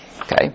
Okay